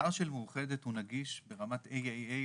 האתר של מאוחדת נגיש ברמת AAA לחלוטין,